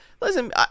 Listen